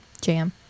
jam